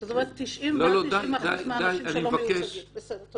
זאת אומרת: 90% מהאנשים שלא מיוצגים --- לא לא,